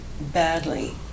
badly